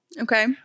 Okay